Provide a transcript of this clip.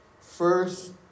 first